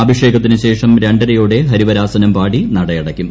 അഭിഷേകത്തിന് ശേഷം രണ്ടരയോടെ ഹരിവരാസനം പാടി നട അടയ്ക്കും